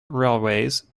railways